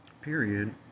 period